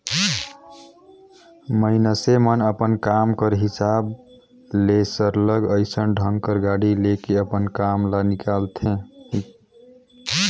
मइनसे मन अपन काम कर हिसाब ले सरलग अइसन ढंग कर गाड़ी ले के अपन काम ल हिंकालथें